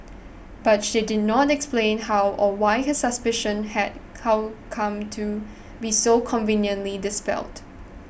but she did not explain how or why her suspicions had cow come to be so conveniently dispelled